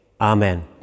amen